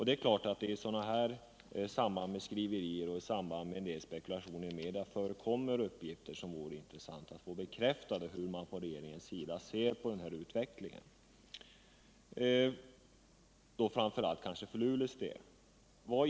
Det är klart att det i sådana skriverier och spekulationer förekommer uppgifter som det vore viktigt att få bekräftade, så att vi fick veta hur man på regeringens sida ser på utvecklingen, framför allt kanske för Luleås del.